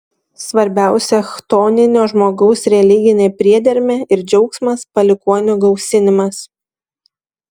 svarbiausia chtoninio žmogaus religinė priedermė ir džiaugsmas palikuonių gausinimas